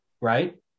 right